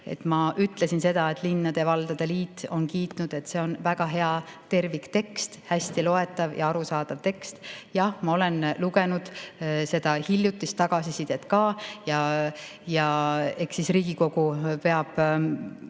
Ma ütlesin seda, et linnade ja valdade liit on kiitnud, et see on väga hea terviktekst, hästi loetav ja arusaadav tekst. Jah, ma olen lugenud seda hiljutist tagasisidet ka. Eks siis Riigikogu